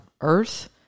earth